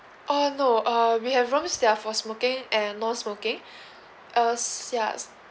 uh no uh we have room itself for smoking and non-smoking uh yes